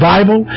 Bible